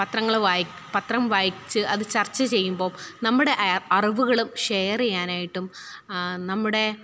പത്രങ്ങൾ പത്രം വായിച്ച് അത് ചര്ച്ച ചെയ്യുമ്പോൾ നമ്മുടെ അറിവുകളും ഷെയറ് ചെയ്യാനായിട്ടും നമ്മുടെ